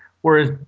Whereas